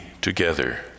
together